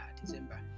December